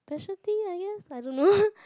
specialty I guess I don't know